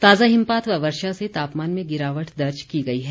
ताज़ा हिमपात व वर्षा से तापमान में गिरावट दर्ज की गई है